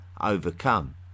overcome